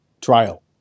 trial